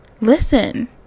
listen